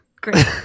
great